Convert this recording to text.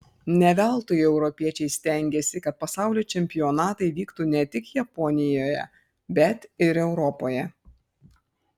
ne veltui europiečiai stengėsi kad pasaulio čempionatai vyktų ne tik japonijoje bet ir europoje